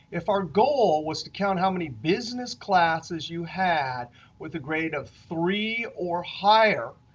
if our goal was to count how many business classes you had with a grade of three or higher,